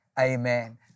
Amen